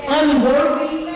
unworthy